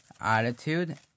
attitude